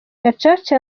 gacaca